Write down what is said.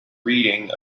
reading